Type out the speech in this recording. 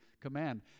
command